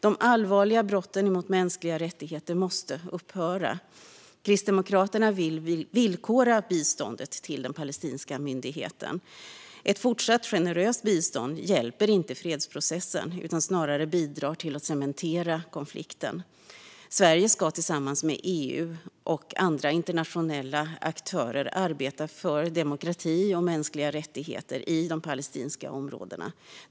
De allvarliga brotten mot mänskliga rättigheter måste upphöra. Kristdemokraterna vill villkora biståndet till den palestinska myndigheten. Ett fortsatt generöst bistånd hjälper inte fredsprocessen utan bidrar snarare till att cementera konflikten. Sverige ska tillsammans med EU och andra internationella aktörer arbeta för demokrati och mänskliga rättigheter i de palestinska områdena.